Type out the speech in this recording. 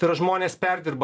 tai yra žmonės perdirba